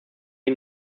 wie